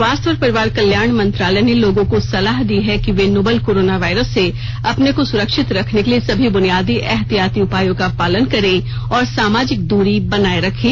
स्वास्थ्य और परिवार कल्याण मंत्रालय ने लोगों को सलाह दी है कि वे नोवल कोरोना वायरस से अपने को सुरक्षित रखने के लिए सभी बुनियादी एहतियाती उपायों का पालन करें और सामाजिक दूरी बनाए रखें